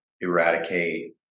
eradicate